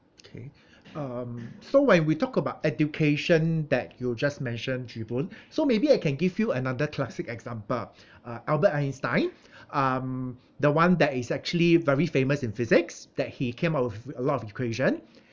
okay um so when we talk about education that you just mentioned chee boon so maybe I can give you another classic example uh albert einstein um the one that is actually very famous in physics that he came up with a lot of equation